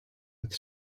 with